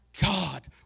God